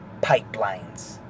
pipelines